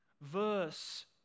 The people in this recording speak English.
verse